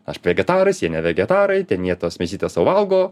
aš vegetaras jie ne vegetarai ten jie tos mėsytės sau valgo